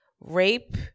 rape